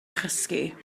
chysgu